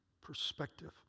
perspective